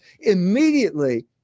immediately